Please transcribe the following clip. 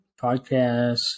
Podcast